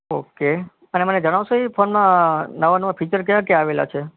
okay અને મને જણાવશો એ ફોનમાં નવાં નવાં ફીચર કયા કયા આવેલાં છે